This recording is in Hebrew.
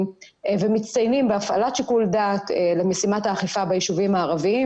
ומצטיינים בהפעלת שיקול דעת למשימת האכיפה ביישובים הערבים.